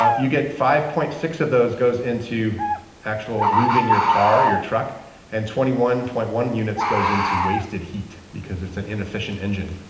ah you get five point six of those goes into actual moving your car, your truck and twenty one point one units goes into wasted heat because it's an inefficient engine.